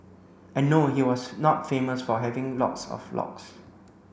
and no he was not famous for having lots of locks